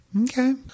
Okay